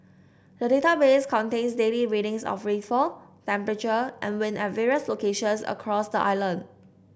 the database contains daily readings of rainfall temperature and wind at various locations across the island